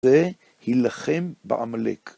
והילחם בעמלק.